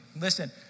Listen